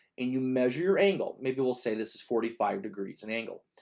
and you measure your angle, maybe we'll say this is forty five degrees and angle.